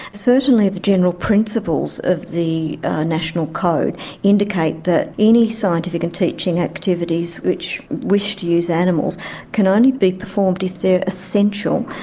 certainly the general principles of the national code indicate that any scientific and teaching activities which wish to use animals can only be performed if they are essential,